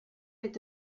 mit